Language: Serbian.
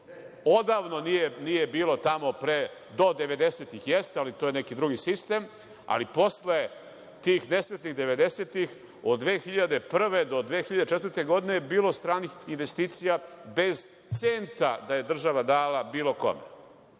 Odavno nije bilo tamo, do 90-tih jeste, ali to je neki drugi sistem, ali posle tih nesretnih 90-tih, od 2001. godine do 2004. godine je bilo stranih investicija bez centa da je država dala bilo kome,